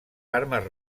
armes